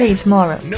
tomorrow